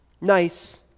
Nice